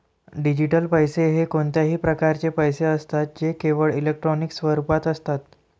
digital पैसे हे कोणत्याही प्रकारचे पैसे असतात जे केवळ इलेक्ट्रॉनिक स्वरूपात असतात